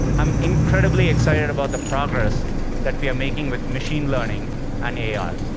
i'm incredibly excited about the progress that we are making with machine learning and ai.